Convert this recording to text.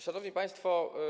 Szanowni Państwo!